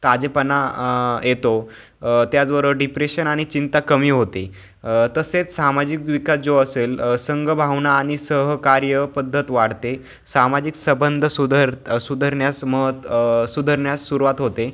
ताजेपणा येतो त्याचबरोबर डिप्रेशन आणि चिंता कमी होते तसेच सामाजिक विकास जो असेल संघभावना आणि सहकार्यपद्धत वाढते सामाजिक संबंध सुधर सुधारण्यास मत सुधारण्यास सुरुवात होते